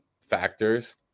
factors